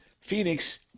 Phoenix